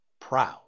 proud